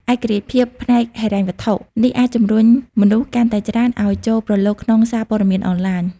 ឯករាជ្យភាពផ្នែកហិរញ្ញវត្ថុនេះអាចជំរុញមនុស្សកាន់តែច្រើនឱ្យចូលប្រឡូកក្នុងសារព័ត៌មានអនឡាញ។